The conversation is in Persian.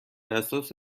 اساس